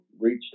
reached